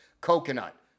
Coconut